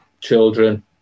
children